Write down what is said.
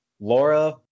Laura